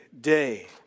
day